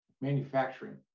manufacturing